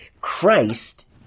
Christ